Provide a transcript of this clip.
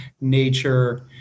nature